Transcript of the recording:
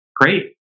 great